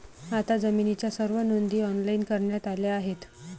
आता जमिनीच्या सर्व नोंदी ऑनलाइन करण्यात आल्या आहेत